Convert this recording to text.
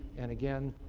and again,